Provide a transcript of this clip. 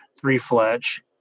three-fletch